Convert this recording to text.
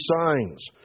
signs